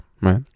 right